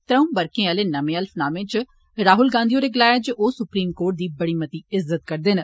त्र'ऊं वर्के आले नमें हल्फनामे च राहुल होरें गलाया ऐ जे ओह् सुप्रीम कोर्ट दी बड़ी मती इज्जत करदे न